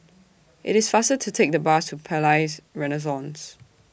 IT IS faster to Take The Bus to Palais Renaissance